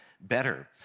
Better